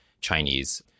Chinese